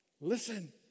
Listen